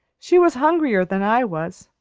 she was hungrier than i was.